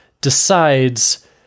decides